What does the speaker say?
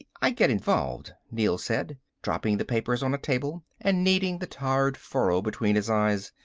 i get involved, neel said. dropping the papers on a table and kneading the tired furrow between his eyes.